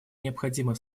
необходимо